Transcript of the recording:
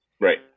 right